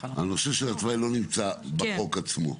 הנושא של התוואי לא נמצא בחוק עצמו.